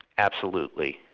absolutely.